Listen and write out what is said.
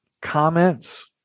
comments